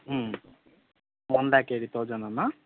one lakh eighty thousand Anna